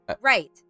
Right